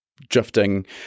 drifting